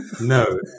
No